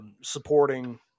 supporting